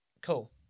Cool